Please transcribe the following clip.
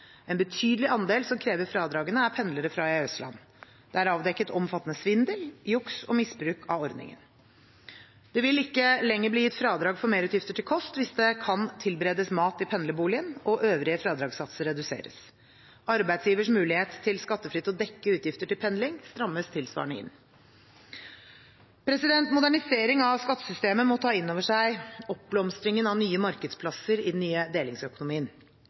En betydelig andel som krever fradragene, er pendlere fra EØS-land. Det er avdekket omfattende svindel, juks og misbruk av ordningen. Det vil ikke lenger bli gitt fradrag for merutgifter til kost hvis det kan tilberedes mat i pendlerboligen, og øvrige fradragssatser reduseres. Arbeidsgivers mulighet til skattefritt å dekke utgifter til pendling strammes tilsvarende inn. Moderniseringen av skattesystemet må ta inn over seg oppblomstringen av nye markedsplasser i den nye delingsøkonomien.